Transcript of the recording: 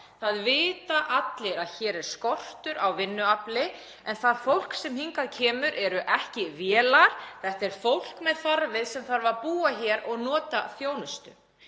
Það vita allir að hér er skortur á vinnuafli en það fólk sem hingað kemur er ekki vélar. Þetta er fólk með þarfir og það þarf að búa hér og nota þjónustu.